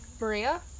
Maria